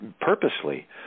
purposely